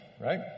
right